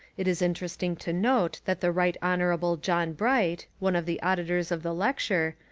it is interesting to note that the right hon. john bright, one of the auditors of the lecture,